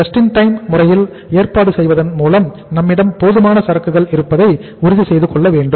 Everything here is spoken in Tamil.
ஜஸ்ட் இன் டைம் JIT முறையில் ஏற்பாடு செய்வதன் மூலம்நம்மிடம் போதுமான சரக்குகள் இருப்பதை உறுதி செய்து கொள்ள வேண்டும்